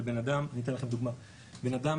אני אתן לכם דוגמה, בן אדם